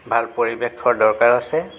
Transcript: ভাল পৰিৱেশৰ দৰকাৰ আছে